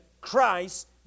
Christ